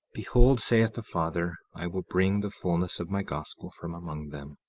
behold, saith the father, i will bring the fulness of my gospel from among them.